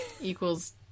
Equals